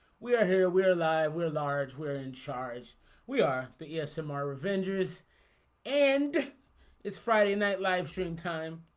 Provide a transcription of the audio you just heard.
we are here. we're alive. we're large. we're in charge we are but yes some are avengers and it's friday night livestream time.